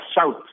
South